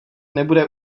nebude